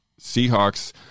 seahawks